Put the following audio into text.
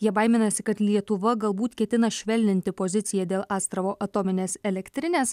jie baiminasi kad lietuva galbūt ketina švelninti poziciją dėl astravo atominės elektrinės